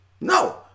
No